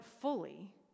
fully